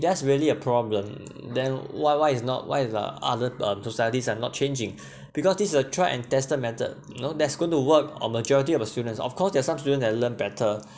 there's really a problem then why why is not why is uh other um societies are not changing because this a tried and tested method know that's going to work on majority of the students of course there're some students that learn better